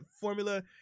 formula